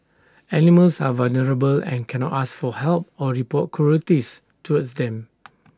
animals are vulnerable and cannot ask for help or report cruelties towards them